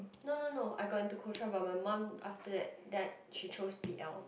no no no I got into Kuo Chuan but my mum after that that she chose p_l